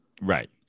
Right